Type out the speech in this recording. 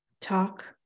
talk